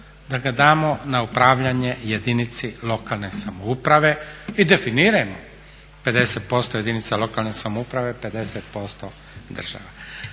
da ga damo na upravljanje jedinici lokalne samouprave i definirajmo 50% jedinica lokalne samouprave, 50% država.